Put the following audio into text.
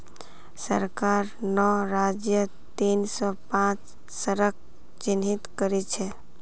सरकार नौ राज्यत तीन सौ पांच शहरक चिह्नित करिल छे